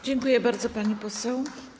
Dziękuję bardzo, pani poseł.